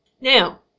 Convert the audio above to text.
Now